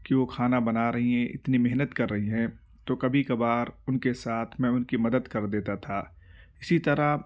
کہ وہ کھانا بنا رہی ہیں اتنی محنت کر رہی ہیں تو کبھی کبھار ان کے ساتھ میں ان کی مدد کر دیتا تھا اسی طرح